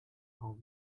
how